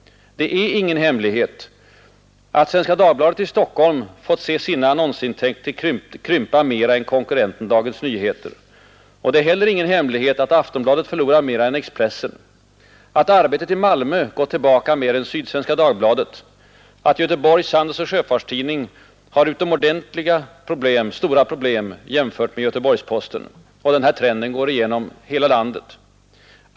Det är ingen hemlighet att Svenska Dagbladet i Stockholm fått se sina annonsintäkter krympa mera än konkurrenten Dagens Nyheter. Det är heller ingen hemlighet att Aftonbladet förlorat mera än Expressen, att Arbetet i Malmö gått tillbaka mera än Sydsvenska Dagbladet, att Göteborgs Handelsoch Sjöfarts-Tidning har utomordentligt stora problem jämfört med Göteborgs-Posten. Och den här trenden går igen över hela landet.